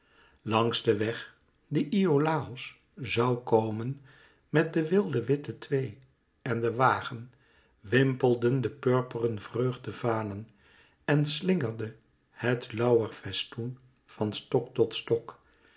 langs den weg dien iolàos zoû komen met de wilde witte twee en den wagen wimpelden de purperen vreugdevanen en slingerde het lauwerfestoen van stok tot stok